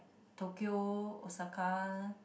Tokyo Osaka